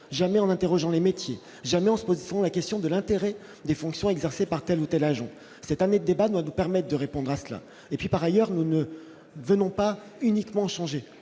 jamais en interrogeant les métiers jamais, on se pose souvent la question de l'intérêt des fonctions exercées par telle ou telle ajoute cette année débat nous permettent de répondre à cela et puis par ailleurs, nous ne venons pas uniquement changer